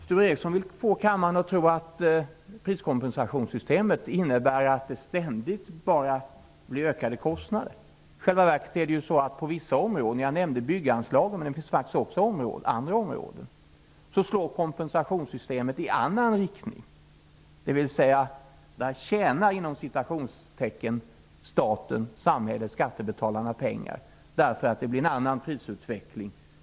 Sture Ericson vill få kammaren att tro att priskompensationssystemet innebär att det ständigt blir ökade kostnader. I själva verket slår kompensationssystemet på vissa områden -- jag nämnde bygganslagen men det finns fler -- i annan riktning, dvs. att staten, samhället, skattebetalarna ''tjänar'' pengar därför att det blir en annan prisutveckling.